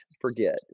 forget